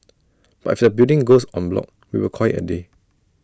but if the building goes on bloc we will call IT A day